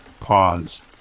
Pause